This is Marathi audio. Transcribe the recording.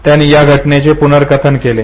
त्यानी त्या घटनेचे पुनरकथन केले